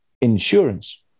insurance